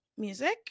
music